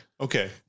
Okay